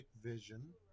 Vision